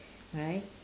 right